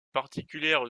particulière